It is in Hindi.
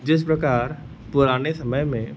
जिस प्रकार पुराने समय में